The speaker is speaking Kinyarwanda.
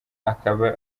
akaba